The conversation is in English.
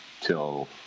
till